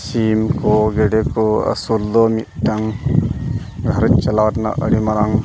ᱥᱤᱢ ᱠᱚ ᱜᱮᱰᱮ ᱠᱚ ᱟᱹᱥᱩᱞ ᱫᱚ ᱢᱤᱫᱴᱟᱝ ᱜᱷᱟᱨᱚᱸᱡᱽ ᱪᱟᱞᱟᱣ ᱨᱮᱱᱟᱜ ᱟᱹᱰᱤ ᱢᱟᱨᱟᱝ